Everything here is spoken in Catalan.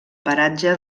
paratge